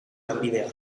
lanbidea